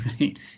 right